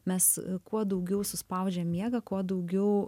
mes kuo daugiau suspaudžiam miegą kuo daugiau